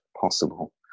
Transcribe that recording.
possible